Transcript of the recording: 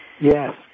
Yes